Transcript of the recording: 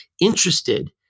interested